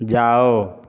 जाओ